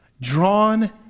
Drawn